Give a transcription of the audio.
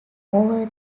over